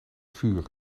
vuur